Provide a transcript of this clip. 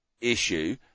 issue